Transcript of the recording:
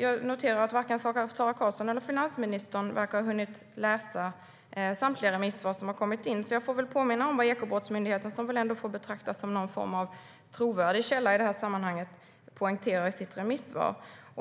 Jag noterar att varken Sara Karlsson eller finansministern verkar ha hunnit läsa samtliga remissvar som har kommit in, så jag får väl påminna om vad Ekobrottsmyndigheten - som väl ändå får betraktas som någon form av trovärdig källa i sammanhanget - poängterar i sitt remissvar.